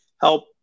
help